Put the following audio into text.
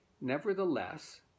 Nevertheless